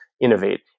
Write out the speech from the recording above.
innovate